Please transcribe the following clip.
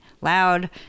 loud